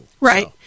Right